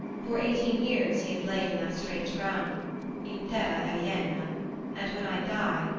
for eighteen years he has lain in that strange ground in terra aliena and when i die,